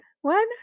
One